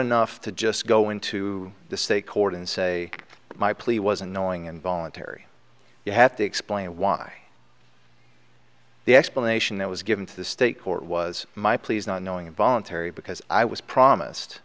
enough to just go into the state court and say my plea was annoying and voluntary you have to explain why the explanation that was given to the state court was my pleas not knowing and voluntary because i was promised